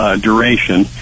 duration